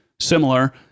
similar